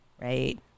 right